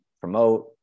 promote